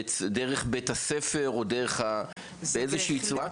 דרך בית הספר, או דרך ה- באיזושהי צורה?